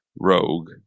Rogue